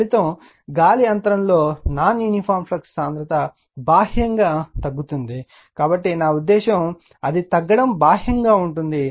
ఫలితం గాలి అంతరంలో నాన్ యూనిఫాం ఫ్లక్స్ సాంద్రత బాహ్యంగా తగ్గుతోంది కాబట్టి నా ఉద్దేశ్యం అది తగ్గడం బాహ్యంగా ఉంటుంది